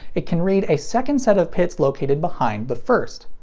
it can read a second set of pits located behind the first.